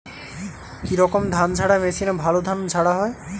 কি রকম ধানঝাড়া মেশিনে ভালো ধান ঝাড়া হয়?